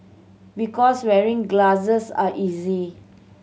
because wearing glasses are easier